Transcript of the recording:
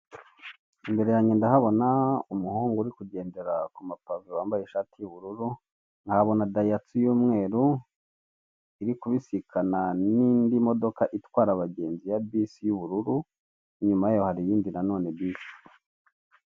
Imbere yange ndahabona umuhungu uri kugendera ku mapave wambaye ishati y'ubururu, nkahabona dayihatsu y'umweru iri kubisikana n'indi modoka itwara abagenzi ya bisi y'ubururu, inyuma yayo hari iyindi nanone bisi.